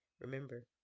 Remember